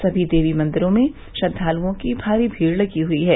सभी देवी मंदिरों में श्रद्वाकुओं की भारी भीड़ लगी हुई है